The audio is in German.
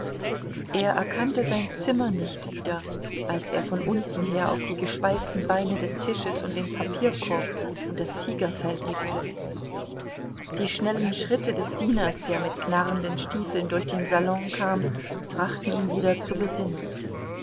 er erkannte sein zimmer nicht wieder als er von unten her auf die geschweiften beine des tisches und den papierkorb und das tigerfell blickte die schnellen schritte des dieners der mit knarrenden stiefeln durch den salon kam brachten ihn wieder zur besinnung